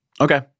Okay